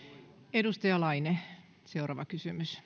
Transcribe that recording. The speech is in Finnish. edustaja laine seuraava kysymys